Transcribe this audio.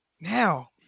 Now